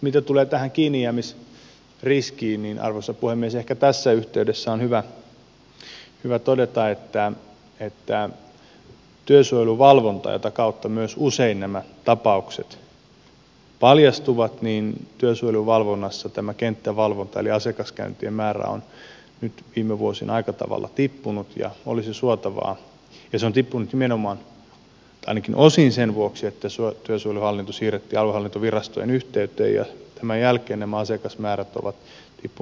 mitä tulee tähän kiinnijäämisriskiin niin arvoisa puhemies ehkä tässä yhteydessä on hyvä todeta että työsuojeluvalvonnassa jota kautta myös usein nämä tapaukset paljastuvat tässä kenttävalvonnassa asiakaskäyntien määrä on nyt viime vuosina aika tavalla tippunut ja se on tippunut nimenomaan ainakin osin sen vuoksi että työsuojeluhallinto siirrettiin aluehallintovirastojen yhteyteen ja tämän jälkeen nämä asiakasmäärät ovat tippuneet